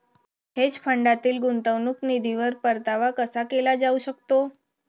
Hedge फंडातील गुंतवणूक निधीवर परतावा कसा केला जाऊ शकतो?